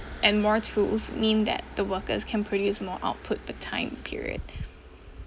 and more tools mean that the workers can produce more output per time period